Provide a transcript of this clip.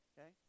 Okay